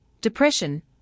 depression